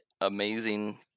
amazing